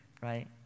right